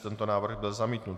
Tento návrh byl zamítnut.